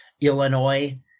Illinois